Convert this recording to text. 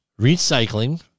recycling